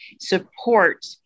support